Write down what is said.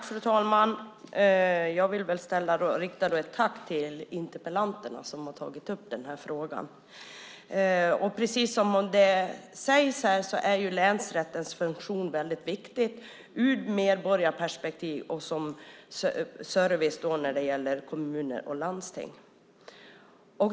Fru talman! Jag vill rikta ett tack till interpellanterna, som har tagit upp frågan. Precis som det sägs här är länsrättens funktion väldigt viktig ur medborgarperspektiv och som service i kommuner och landsting.